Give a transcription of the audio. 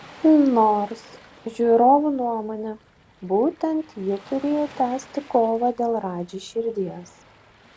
nors žiūrovų nuomone būtent ji turėjo tęsti kovą dėl radži širdies